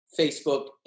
Facebook